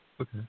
Okay